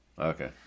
Okay